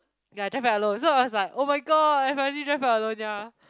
ya drive back alone so I was like oh-my-god I finally drive back alone ya